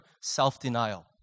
self-denial